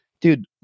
dude